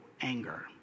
anger